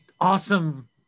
awesome